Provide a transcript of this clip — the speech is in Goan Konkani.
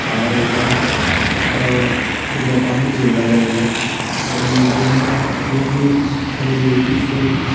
हांव एकदां एकदां तांबडी सुर्ला गेल्लो आनी जेन्ना युनीक आनी ब्युटिफूल